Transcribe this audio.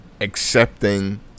accepting